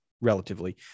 Relatively